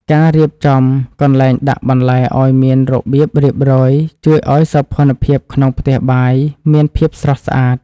ការរៀបចំកន្លែងដាក់បន្លែឱ្យមានរបៀបរៀបរយជួយឱ្យសោភ័ណភាពក្នុងផ្ទះបាយមានភាពស្រស់ស្អាត។